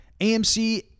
AMC